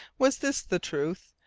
was this the truth?